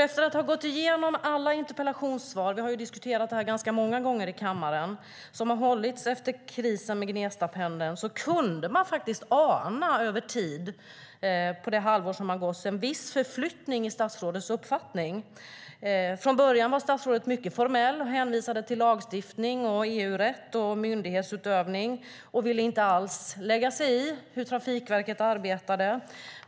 Efter att ha gått igenom alla interpellationssvar - vi har ju diskuterat den här frågan ganska många gånger här i kammaren - som har hållits efter krisen med Gnestapendeln kunde man över tid, på det halvår som har gått, faktiskt ana en viss förskjutning av statsrådets uppfattning. Från början var statsrådet mycket formell och hänvisade till lagstiftning, EU-rätt och myndighetsutövning och ville inte alls lägga sig i hur Trafikverket arbetade.